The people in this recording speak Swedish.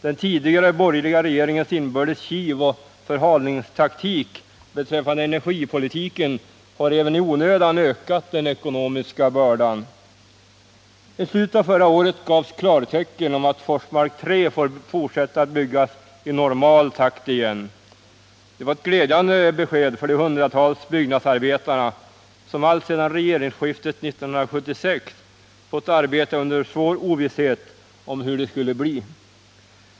Den tidigare borgerliga regeringens inbördes kiv och förhalningstaktik beträffande energipolitiken har även i onödan ökat den ekonomiska bördan. I slutet av förra året gavs klartecken om att Forsmark 3 får fortsätta att byggas i normal takt igen. Det var ett glädjande besked för de hundratals byggnadsarbetarna, som alltsedan regeringsskiftet 1976 fått arbeta under svår ovisshet om hur det skulle bli.